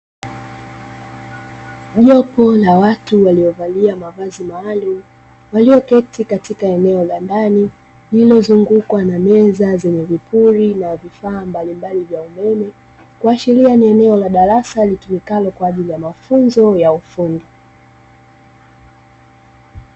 Jopo la watu waliovaa mavazi maalumu walioketi katika eneo la ndani liilozungukwa na meza zenye vipuri na vifaa mbalimbali vya umeme, kuashiria ni eneo la darasa litumikalo kwa ajili ya mafunzo ya ufundi.